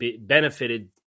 benefited